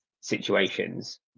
situations